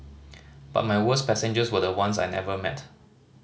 but my worst passengers were the ones I never met